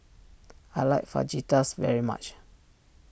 I like Fajitas very much